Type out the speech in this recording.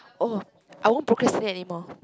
oh I won't procrastinate anymore